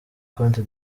cote